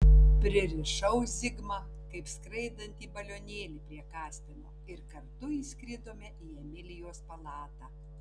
pririšau zigmą kaip skraidantį balionėlį prie kaspino ir kartu įskridome į emilijos palatą